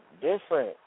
different